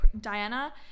Diana